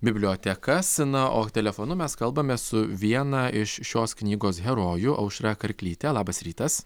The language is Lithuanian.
bibliotekas na o telefonu mes kalbame su viena iš šios knygos herojų aušra karklyte labas rytas